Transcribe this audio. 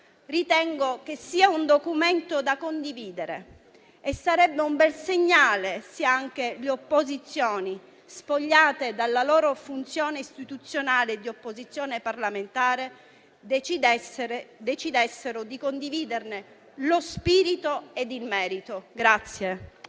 Ritengo che sia un testo da condividere e sarebbe un bel segnale se anche le opposizioni, spogliate della loro funzione istituzionale di opposizione parlamentare, decidessero di condividerne lo spirito e il merito.